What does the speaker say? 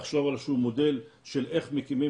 לחשוב על איזה שהוא מודל של איך מקימים